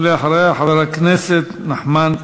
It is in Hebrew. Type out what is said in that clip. ואחריה, חבר הכנסת נחמן שי.